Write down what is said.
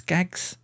Gag's